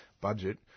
budget